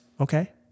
okay